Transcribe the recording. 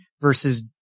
versus